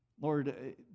Lord